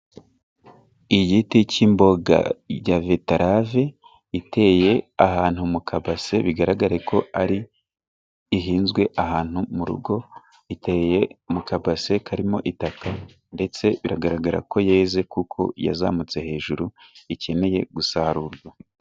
Igiti cy'imboga ya beterave iteye ahantu mu kabase bigaragare ko ari ihinzwe ahantu mu rugo iteye mu kabase karimo itaka ndetse biragaragara ko yeze kuko yazamutse hejuru ikeneye gusarurwa.